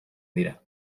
dira